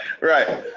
right